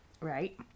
Right